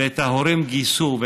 את ההורים גייסו,